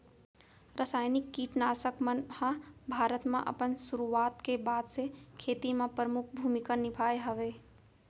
रासायनिक किट नाशक मन हा भारत मा अपन सुरुवात के बाद से खेती मा परमुख भूमिका निभाए हवे